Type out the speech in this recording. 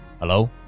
hello